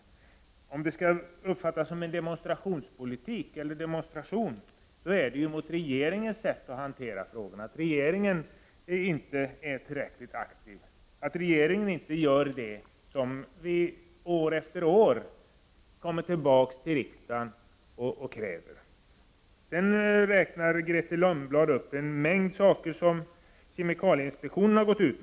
Om motionerna skall uppfattas som en demonstrationspolitik är det i så fall mot regeringens sätt att hantera frågorna, dvs. att regeringen inte är tillräckligt aktiv och att regeringen inte gör det som vi år efter år kommer tillbaka till riksdagen och kräver. Grethe Lundblad nämner en mängd åtgärder som kemikalieinspektionen har föreslagit.